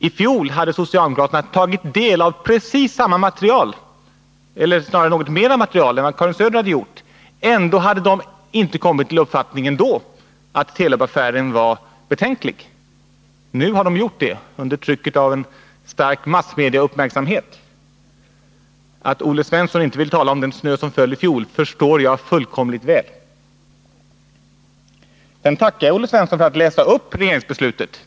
I fjol hade socialdemokraterna tagit del av precis samma material — eller snarare något mera material än vad Karin Söder gjort — och ändå inte kommit till den uppfattningen att Telub-affären var betänklig. Nu har de gjort det — under trycket av en stark massmediauppmärksamhet. Att Olle Svensson inte vill tala om den snö som föll i fjol förstår jag fullkomligt. Jag tackar Olle Svensson för att han läste upp regeringsbeslutet.